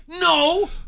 no